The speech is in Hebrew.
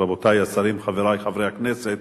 רבותי השרים, חברי חברי הכנסת,